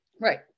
Right